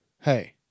hey